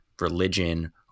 religion